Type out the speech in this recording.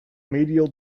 medial